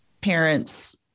parents